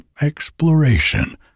exploration